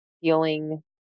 feeling